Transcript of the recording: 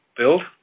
build